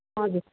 हजुर